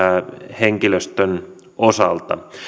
henkilöstön osalta